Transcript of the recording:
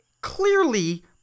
clearly